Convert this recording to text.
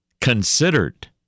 considered